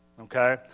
Okay